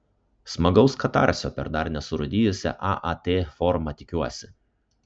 smagaus katarsio per dar nesurūdijusią aat formą tikiuosi